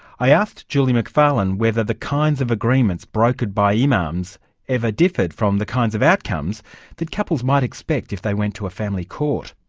i asked julie mcfarlane whether the kinds of agreements brokered by imams ever differed from the kinds of outcomes that couples might expect if they went to a family court.